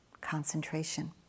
concentration